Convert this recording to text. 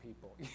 people